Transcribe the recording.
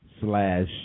slash